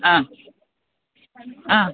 ആ ആ